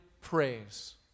praise